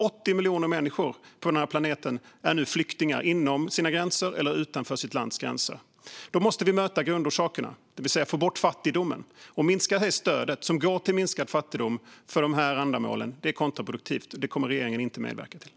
80 miljoner människor på den här planeten är nu flyktingar inom sitt lands gränser eller utanför sitt lands gränser. Då måste vi möta grundorsakerna, det vill säga få bort fattigdomen. Att minska stödet som ska gå till att minska fattigdomen är kontraproduktivt, och det kommer regeringen inte att medverka till.